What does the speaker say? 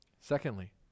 Secondly